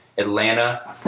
Atlanta